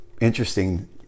interesting